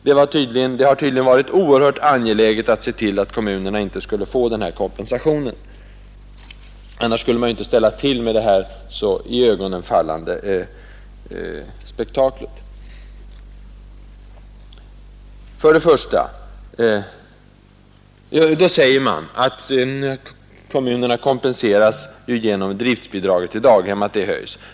Det har tydligen varit oerhört angeläget att se till att kommunerna inte skulle få den kompensationen, annars skulle man inte ställa till med det här så iögonenfallande spektaklet. Då säger man att kommunerna kompenseras genom att driftbidraget till daghem höjs.